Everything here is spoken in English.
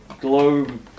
globe